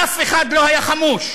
אף אחד לא היה חמוש.